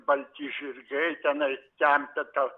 balti žirgai tenai tempia tą